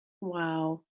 Wow